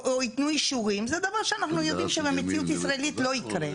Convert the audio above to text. זה דבר שאנחנו יודעים שבמציאות הישראלית לא יקרה.